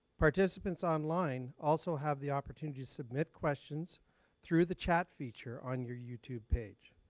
participants online also have the opportunity to submit questions through the chat feature on your youtube page.